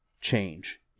change